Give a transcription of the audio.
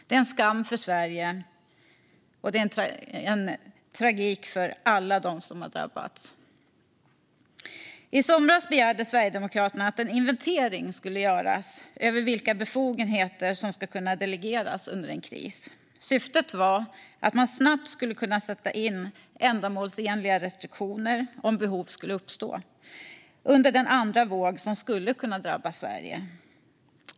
Det är en skam för Sverige och en tragedi för alla som har drabbats. I somras begärde Sverigedemokraterna att en inventering skulle göras av vilka befogenheter som ska kunna delegeras under en kris. Syftet var att man snabbt skulle kunna sätta in ändamålsenliga restriktioner om behov skulle uppstå under den andra våg som skulle kunna drabba Sverige.